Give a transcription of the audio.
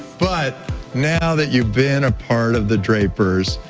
but now that you've been a part of the drapers,